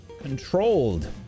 controlled